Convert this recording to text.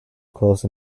close